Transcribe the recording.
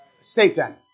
Satan